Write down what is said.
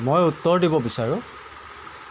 মই উত্তৰ দিব বিচাৰোঁ